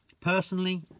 personally